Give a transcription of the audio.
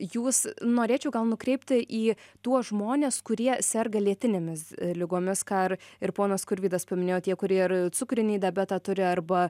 jūs norėčiau gal nukreipti į tuos žmones kurie serga lėtinėmis ligomis ką ir ir ponas skurvydas paminėjo tie kurie ir cukrinį diabetą turi arba